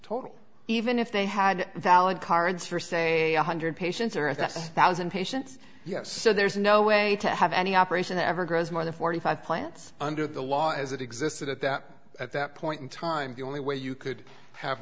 total even if they had valid cards for say one hundred patients or if that's a thousand patients yes so there's no way to have any operation ever grows more than forty five plants under the law as it existed at that at that point in time the only way you could have